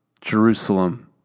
Jerusalem